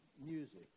music